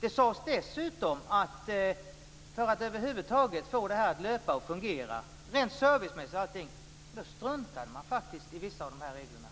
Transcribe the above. Det sades dessutom att man för att över huvud taget få det att löpa och fungera rent servicemässigt och på annat sätt struntade i vissa av reglerna.